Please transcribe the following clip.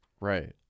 Right